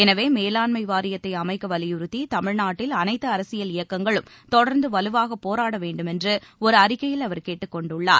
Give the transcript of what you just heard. எனவே மேலாண்மை வாரியத்தை அமைக்க வலியுறுத்தி தமிழ்நாட்டில் அனைத்து அரசியல் இயக்கங்களும் தொடர்ந்து வலுவாகப் போராட வேண்டுமென்று ஒரு அறிக்கையில் அவர் கேட்டுக் கொண்டுள்ளார்